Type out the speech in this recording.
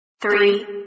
Three